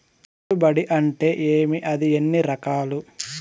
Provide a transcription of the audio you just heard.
పెట్టుబడి అంటే ఏమి అది ఎన్ని రకాలు